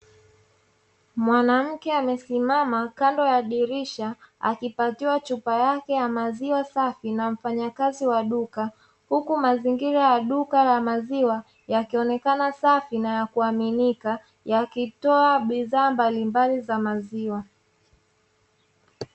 Mwanamke amesimama kando ya dirisha akipatiwa chupa yake ya maziwa safi na mfanyakazi wa duka. Huku mazingira ya duka la maziwa yakionekana safi, na ya kuaminika yakitoa bidhaa mbalimbali za maziwa.